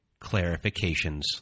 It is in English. clarifications